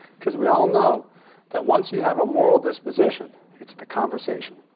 because we all know that, once you have a moral disposition, it's the conversation.